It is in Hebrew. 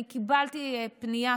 אני קיבלתי פנייה.